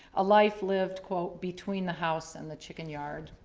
a life lived quote between the house and the chicken yard,